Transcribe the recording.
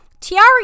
Tiara